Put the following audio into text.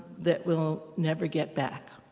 that we'll never get back.